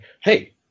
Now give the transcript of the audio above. hey